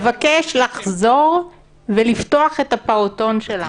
לבקש לחזור ולפתוח את הפעוטון שלה.